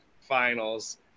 finals